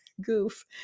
goof